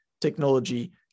technology